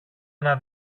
ένα